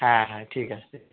হ্যাঁ হ্যাঁ ঠিক আছে ঠিক আছে